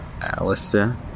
Alistair